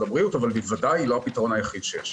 הבריאות אבל היא בוודאי לא הפתרון היחיד שיש.